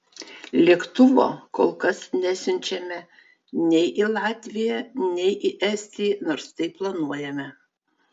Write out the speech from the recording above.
lėktuvo kol kas nesiunčiame nei į latviją nei į estiją nors tai planuojame